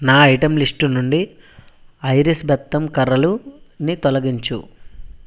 నా item list నుండి iris బెత్తం కర్రలుని తొలగించు